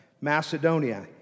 Macedonia